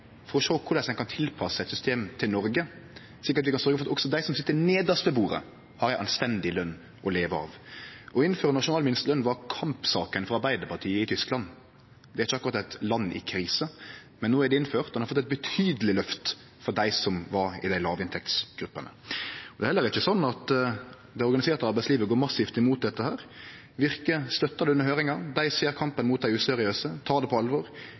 for å sjå på korleis ein kan tilpasse eit system til Noreg, slik at vi kan sørgje for at òg dei som sit nedst ved bordet, har ei anstendig løn å leve av. Å innføre nasjonal minsteløn var kampsaka for arbeidarpartiet i Tyskland. Det er ikkje akkurat eit land i krise. Men no er det innført, og ein har fått eit betydeleg løft for dei som var i låginntektsgruppene. Det er heller ikkje sånn at det organiserte arbeidslivet går massivt mot dette. Virke støttar denne høyringa. Dei ser kampen mot dei useriøse, tek det på alvor.